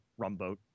rumboat